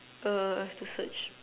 err I have to search